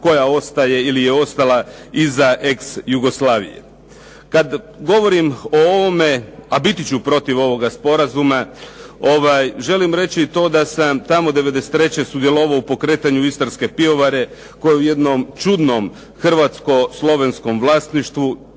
koja ostaje ili je ostala iza ex Jugoslavije. Kad govorim o ovome a biti ću protiv ovoga sporazum želim reći i to da sam tamo 93. sudjelovao u pokretanju Istarske pivovare koja je u jednom čudnom hrvatsko-slovenskom vlasništvu.